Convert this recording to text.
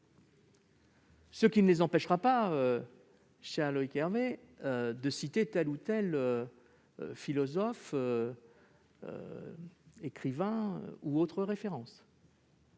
Cela ne les empêchera pas, cher Loïc Hervé, de citer tel philosophe, tel écrivain ou telle référence.